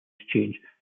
exchange